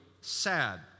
sad